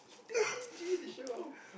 damn cringy the show